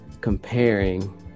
comparing